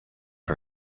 her